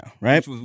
right